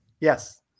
Yes